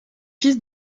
fils